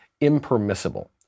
impermissible